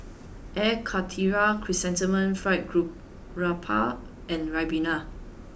Air Karthira Chrysanthemum Fried Garoupa and Ribena